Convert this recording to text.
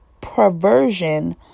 perversion